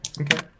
Okay